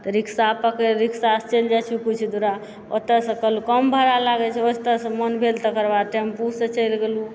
तऽ रिक्शा पकड़ि रिक्शासँ चलि जाइ छी किछु दूरा ओतऽसँ कहलहुँ कम भाड़ा लागै छै ओतऽसँ मन भेल तकर बाद टेम्पूसँ चलि गेलहुँ